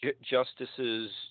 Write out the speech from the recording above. justices